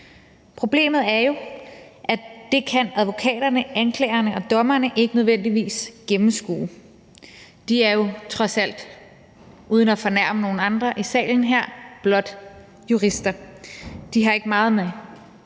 Problemet er jo, at det kan advokaterne, anklagerne og dommerne ikke nødvendigvis gennemskue. De er jo trods alt, uden at fornærme nogen i salen her, blot jurister. De har ikke meget med